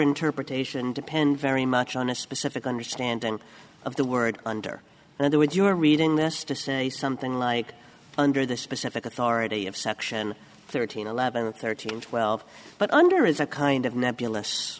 interpretation depend very much on a specific understanding of the word under another would you are reading this to say something like under the specific authority of section thirteen eleven thirteen twelve but under is a kind of nebulous